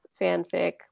fanfic